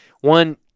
one